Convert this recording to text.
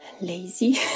lazy